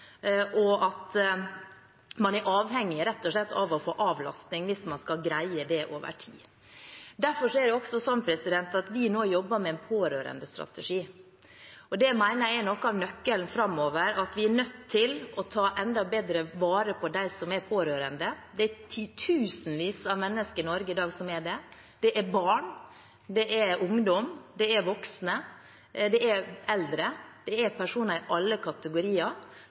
og at man rett og slett er avhengig av å få avlastning hvis man skal greie det over tid. Derfor jobber vi nå også med en pårørendestrategi. Det mener jeg er noe av nøkkelen framover, at vi er nødt til å ta enda bedre vare på dem som er pårørende. Det er titusenvis av mennesker i Norge i dag som er det. Det er barn, det er ungdom, det er voksne, det er eldre – det er personer i alle kategorier